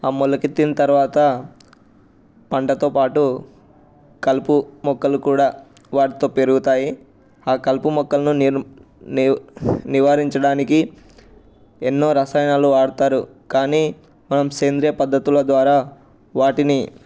ఆ మొలకెత్తిన తర్వాత పంటతో పాటు కలుపు మొక్కలు కూడా వాటితో పెరుగుతాయి ఆ కలుపు మొక్కలను నీ నివారించడానికి ఎన్నో రసాయనాలు వాడుతారు కానీ మనం సేంద్రీయ పద్ధతుల ద్వారా వాటిని